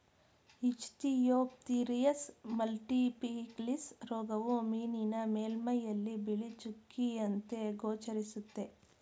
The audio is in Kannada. ಇಚ್ಥಿಯೋಫ್ಥಿರಿಯಸ್ ಮಲ್ಟಿಫಿಲಿಸ್ ರೋಗವು ಮೀನಿನ ಮೇಲ್ಮೈಯಲ್ಲಿ ಬಿಳಿ ಚುಕ್ಕೆಯಂತೆ ಗೋಚರಿಸುತ್ತೆ